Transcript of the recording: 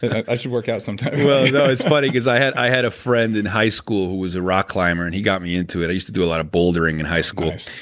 i should workout sometime it's funny because i had i had a friend in high school who was a rock climber and he got me into it. i used to do a lot of bouldering in high school.